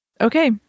Okay